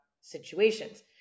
situations